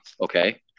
okay